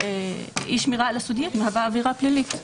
אי שמירה על הסודיות מהווה עבירה פלילית.